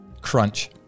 crunch